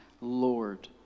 Lord